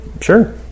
sure